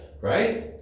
right